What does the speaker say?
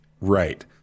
right